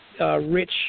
Rich